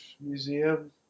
Museum